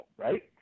right